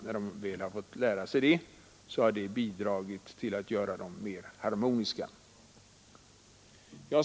När de har fått lära sig det har det bidragit till att göra dem mer harmoniska.